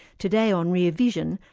today on rear vision,